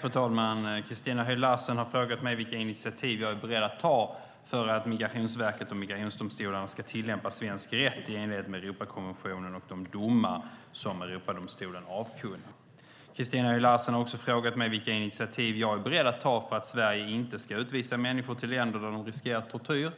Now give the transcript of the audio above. Fru talman! Christina Höj Larsen har frågat mig vilka initiativ jag är beredd att ta för att Migrationsverket och migrationsdomstolarna ska tillämpa svensk rätt i enlighet med Europakonventionen och de domar som Europadomstolen avkunnar. Christina Höj Larsen har också frågat mig vilka initiativ jag är beredd att ta för att Sverige inte ska utvisa människor till länder där de riskerar tortyr